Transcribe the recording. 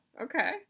Okay